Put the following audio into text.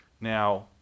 Now